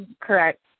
correct